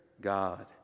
God